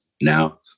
now